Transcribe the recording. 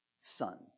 Son